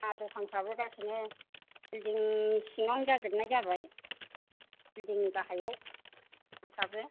साहा दखानफ्राबो गासिबो बिलदिंनि सिङावनो जाजोबनाय जाबाय बिलदिंनि गाहायाव दखानफ्राबो